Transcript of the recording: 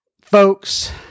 folks